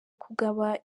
kugaba